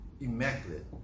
immaculate